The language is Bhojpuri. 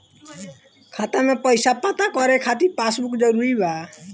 खाता में पईसा पता करे के खातिर पासबुक जरूरी बा?